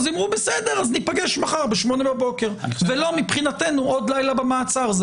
יגידו: ניפגש מחר ב-08:00 ולא מבחינתנו עוד לילה במעצר,